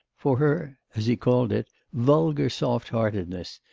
for her as he called it vulgar soft-heartedness,